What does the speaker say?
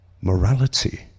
morality